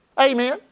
Amen